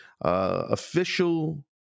Official